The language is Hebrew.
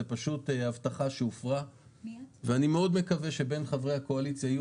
זה פשוט הבטחה שהופרה ואני מאוד מקווה שבין חברי הקואליציה יהיו